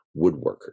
woodworker